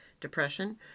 depression